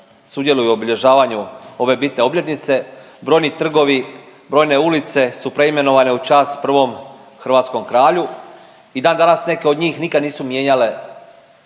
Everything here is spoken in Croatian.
sudjeluju u obilježavanju ove bitne obljetnice, brojni trgovi, brojne ulice su preimenovane u čast prvom hrvatskom kralju. I dan danas neke od njih nikad nisu mijenjale